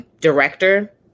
director